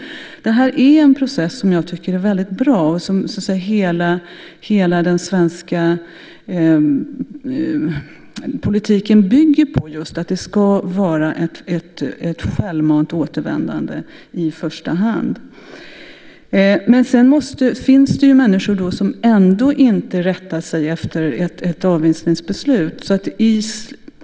Det här är en process som jag tycker är väldigt bra. Hela den svenska politiken bygger just på att det ska vara ett självmant återvändande i första hand. Men sedan finns det människor som ändå inte rättar sig efter ett avvisningsbeslut.